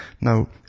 Now